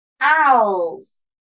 Owls